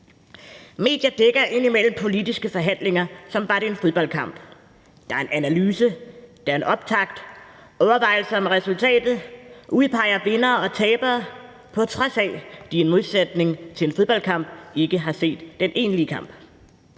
Medier dækker indimellem politiske forhandlinger, som var det en fodboldkamp. Der er en analyse, der er en optakt, overvejelser om resultatet, udpegning af vindere og tabere – på trods af at de i modsætning til fodboldkamp ikke har set den egentlige kamp.